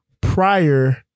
prior